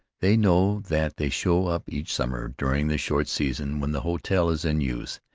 they know that they show up each summer during the short season when the hotel is in use,